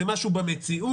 זה משהו במציאות,